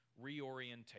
Reorientation